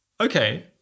Okay